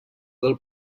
del